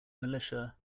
militia